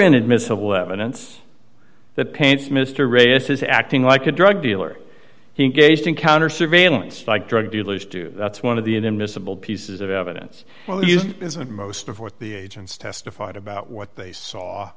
inadmissible evidence that paints mr reyes is acting like a drug dealer he gazed in counter surveillance like drug dealers do that's one of the in invisible pieces of evidence isn't most of what the agents testified about what they saw